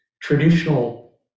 traditional